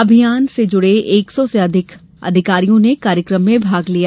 अभियान से जुड़े एक सौ से अधिक अधिकारियों ने कार्यक्रम में भाग लिया